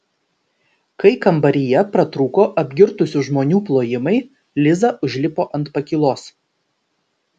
kai kambaryje pratrūko apgirtusių žmonių plojimai liza užlipo ant pakylos